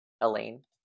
Elaine